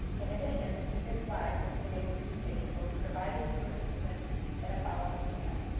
in addition, the speaker slides from today's presentation will be provided to participants in a follow-up email.